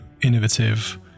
innovative